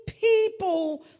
people